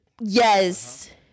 Yes